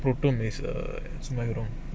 proton is uh it's very long